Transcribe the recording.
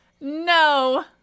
No